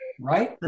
right